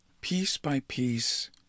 piece-by-piece